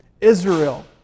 Israel